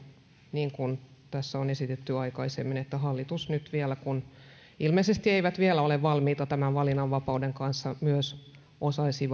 niin kuin tässä on esitetty aikaisemmin että hallitus nyt vielä kun ilmeisesti eivät vielä ole valmiita tämän valinnanvapauden kanssa myös osaisi